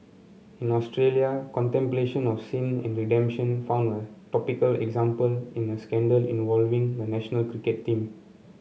in Australia contemplation of sin and redemption found a topical example in a scandal involving the national cricket team